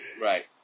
right